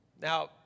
Now